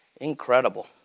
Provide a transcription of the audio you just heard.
Incredible